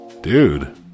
Dude